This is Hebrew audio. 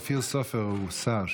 אופיר סופר הוא שר,